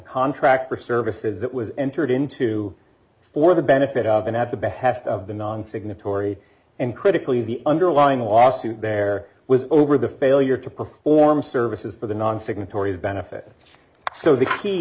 contract for services that was entered into for the benefit of and at the behest of the non signatory and critically the underlying lawsuit there was over the failure to perform services for the non signatories benefit so the